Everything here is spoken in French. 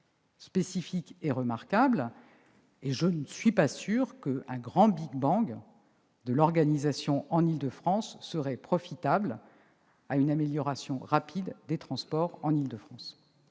spécifique et remarquable. Je ne suis pas sûre qu'un big-bang de l'organisation en Île-de-France serait propice à une amélioration rapide des transports en Île-de-France.